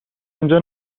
اینجا